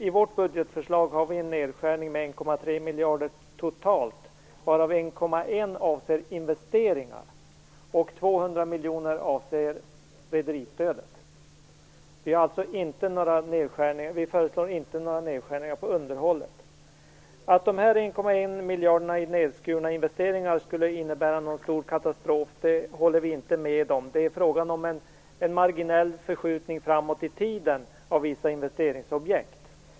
I vårt budgetförslag har vi en nedskärning med 1,3 miljarder totalt varav 1,1 avser investeringar och 200 miljoner avser rederistödet. Vi föreslår inte några nedskärningar på underhållet. Att dessa 1,1 miljarder i nedskurna investeringar skulle innebära något stor katastrof håller vi inte med om. Det är fråga om en marginell förskjutning framåt i tiden av vissa investeringsobjekt.